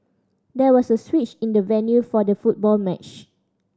there was a switch in the venue for the football match